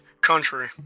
country